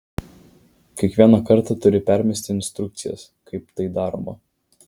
kiekvieną kartą turi permesti instrukcijas kaip tai daroma